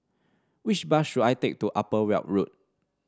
which bus should I take to Upper Weld Road